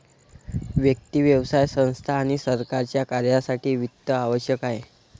व्यक्ती, व्यवसाय संस्था आणि सरकारच्या कार्यासाठी वित्त आवश्यक आहे